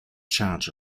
charge